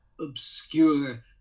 obscure